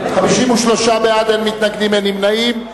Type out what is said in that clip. בעד, 53, אין מתנגדים, אין נמנעים.